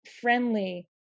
friendly